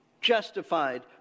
justified